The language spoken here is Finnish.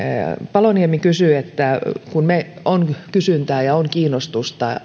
paloniemi kysyi tehdäänkö sitä yhteistyötä kun on kysyntää ja on kiinnostusta